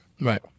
Right